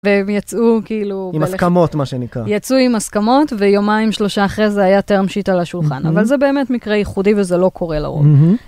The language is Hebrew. והם יצאו כאילו... עם הסכמות מה שנקרא. יצאו עם הסכמות, ויומיים שלושה אחרי זה היה טרם שיט (term sheet ) על לשולחן. אבל זה באמת מקרה ייחודי וזה לא קורה לרוב.